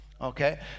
Okay